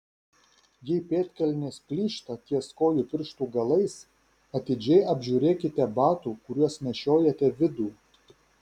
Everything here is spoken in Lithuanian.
jei pėdkelnės plyšta ties kojų pirštų galais atidžiai apžiūrėkite batų kuriuos nešiojate vidų